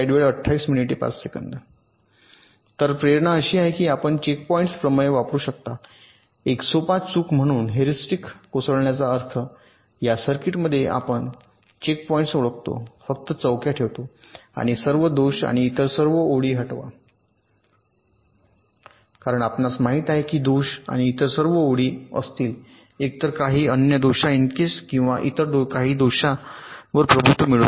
तर प्रेरणा अशी आहे की आपण चेकपॉईंट प्रमेय वापरू शकता एक सोपा चूक म्हणून ह्युरिस्टिक कोसळण्याचा अर्थ या सर्किटमध्ये आम्ही चेकपॉईंट्स ओळखतो फक्त चौक्या ठेवतो आणि सर्व दोष आणि इतर सर्व ओळी हटवा कारण आपणास माहित आहे की दोष आणि इतर सर्व ओळी असतील एकतर काही अन्य दोषांइतकेच किंवा ते इतर काही दोषांवर प्रभुत्व मिळवतील